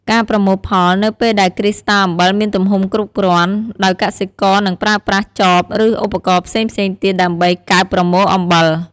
ការប្រមូលផល នៅពេលដែលគ្រីស្តាល់អំបិលមានទំហំគ្រប់គ្រាន់ ដោយកសិករនឹងប្រើប្រាស់ចប ឬឧបករណ៍ផ្សេងៗទៀតដើម្បីកើបប្រមូលអំបិល។